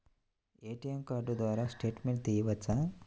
ATM card ద్వారా statement తీయవచ్చా?